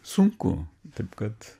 sunku taip kad